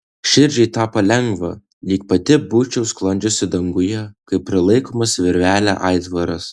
širdžiai tapo lengva lyg pati būčiau sklandžiusi danguje kaip prilaikomas virvele aitvaras